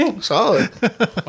Solid